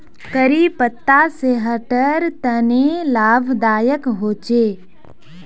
करी पत्ता सेहटर तने लाभदायक होचे